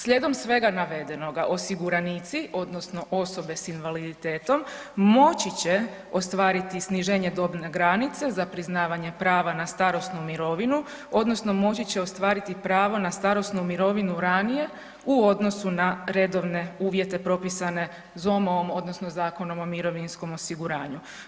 Slijedom svega navedenoga osiguranici odnosno osobe s invaliditetom moći će ostvariti sniženje dobne granice za priznavanje prava na starosnu mirovinu odnosno moći će ostvariti pravo na starosnu mirovinu ranije u odnosu na redovne uvjete propisane ZOMO-om odnosno Zakonom o mirovinskom osiguranju.